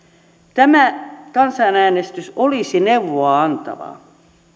tämä kansanäänestys olisi neuvoa antava